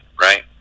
right